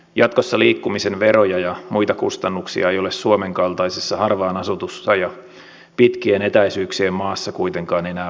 jatkossa liikkumisen veroja ja muita kustannuksia ei ole suomen kaltaisessa harvaan asutussa ja pitkien etäisyyksien maassa kuitenkaan enää varaa korottaa